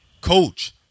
Coach